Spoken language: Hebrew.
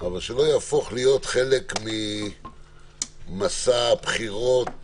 אבל שלא יהפוך להיות חלק ממסע בחירות